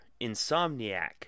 Insomniac